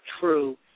true